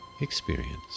experience